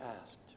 asked